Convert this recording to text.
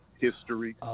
history